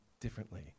differently